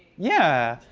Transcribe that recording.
yeah.